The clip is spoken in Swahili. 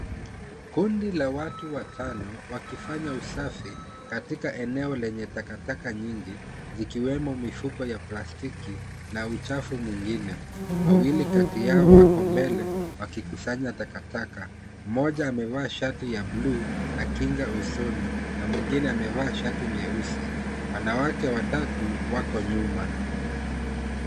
Kundi la watu watano, wakifanya usafi katika eneo lenye takataka nyingi zikiwemo mifuko ya plastiki na uchafu mwingine. Wawili kati yao wako mbele wakikusanya takataka. Mmoja amevaa shati ya bluu na kinga usoni na mwingine amevaa shati nyeusi. Wanawake watatu wako nyuma.